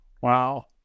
Wow